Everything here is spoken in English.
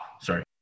Sorry